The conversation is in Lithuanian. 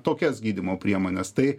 tokias gydymo priemones tai